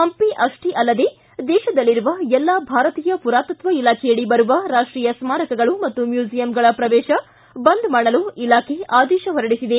ಪಂಪಿ ಅಷ್ಟೇ ಅಲ್ಲದೆ ದೇಶದಲ್ಲಿರುವ ಎಲ್ಲಾ ಭಾರತೀಯ ಪುರಾತತ್ವ ಇಲಾಖೆಯಡಿ ಬರುವ ರಾಷ್ಟೀಯ ಸ್ಮಾರಕಗಳು ಮತ್ತು ಮ್ಯೂಸಿಯಂಗಳ ಪ್ರವೇಶ ಬಂದ್ ಮಾಡಲು ಇಲಾಖೆ ಆದೇಶಿಸಿದೆ